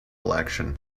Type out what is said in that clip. election